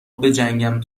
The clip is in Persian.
بجنگم